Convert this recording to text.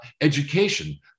education